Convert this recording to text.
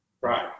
Right